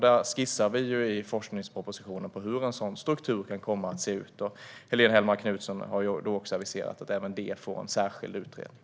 Vi skissar i forskningspropositionen på hur en sådan struktur kan komma att se ut. Helene Hellmark Knutsson har också aviserat att även detta får en särskild utredning.